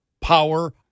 power